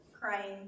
crying